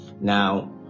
now